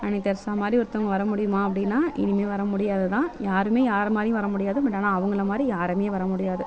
அன்னை தெரசா மாதிரி ஒருத்தவங்க வர முடியுமா அப்படினா இனிமேல் வர முடியாதுதான் யாருமே யாரை மாதிரியும் வர முடியாது பட் ஆனால் அவங்கள மாதிரி யாருமே வர முடியாது